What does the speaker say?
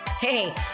Hey